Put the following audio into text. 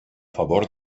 favor